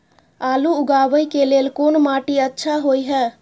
आलू उगाबै के लेल कोन माटी अच्छा होय है?